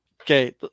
Okay